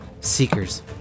Seekers